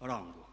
rangu.